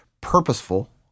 purposeful